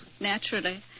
Naturally